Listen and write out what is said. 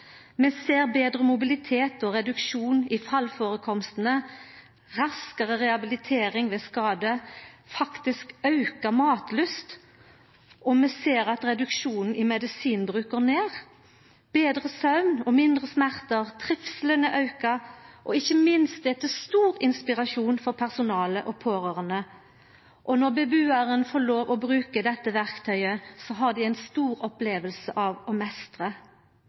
reduksjon i fallførekomstane, raskare rehabilitering ved skadar og faktisk auka matlyst. Vi ser at medisinbruken går ned, og vi ser betre svevn og mindre smerter. Trivselen aukar, og ikkje minst er det til stor inspirasjon for personalet og pårørande. Når bebuaren får lov til å bruka dette verktøyet, får dei ei stor oppleving av å